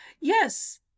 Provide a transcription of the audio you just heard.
Yes